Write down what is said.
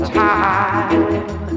time